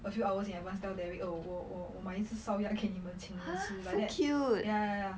a few hours in an once time derek will 我我买一只烧鸭给你们请你们吃 like that ya ya ya